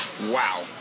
Wow